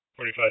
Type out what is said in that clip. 45